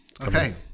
Okay